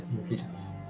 intelligence